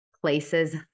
places